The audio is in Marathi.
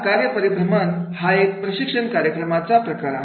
कार्य परिभ्रमण हा एक प्रशिक्षण कार्यक्रमाचा प्रकार आहे